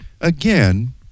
again